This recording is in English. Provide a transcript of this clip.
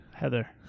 Heather